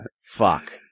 Fuck